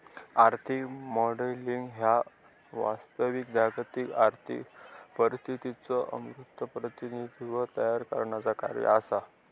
आर्थिक मॉडेलिंग ह्या वास्तविक जागतिक आर्थिक परिस्थितीचो अमूर्त प्रतिनिधित्व तयार करण्याचा कार्य असा